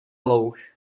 louh